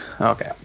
Okay